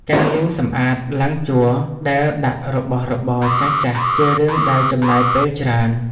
ការលាងសម្អាតឡាំងជ័រដែលដាក់របស់របរចាស់ៗ ជារឿងដែលចំណាយពេលច្រើន។